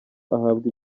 ahabwa